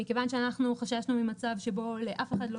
מכיוון שאנחנו חששנו ממצב שבו לאף אחד לא